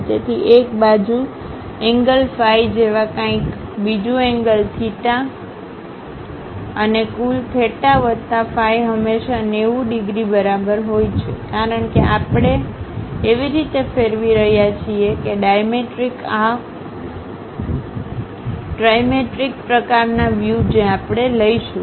તેથી એક બાજુ એંગલ ફાઇ જેવા કંઈક બીજું એન્ગલ થિટા અને કુલ થેટા વત્તા ફાઇ હંમેશાં 90 ડિગ્રી બરાબર હોય છે કારણ કે આપણે એવી રીતે ફેરવી રહ્યા છીએ કે ડાયમેટ્રિક આહ ટ્રાઇમેટ્રિક પ્રકારનાં વ્યૂ જે આપણે લઈશું